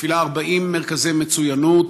מפעילה 40 מרכזי מצוינות.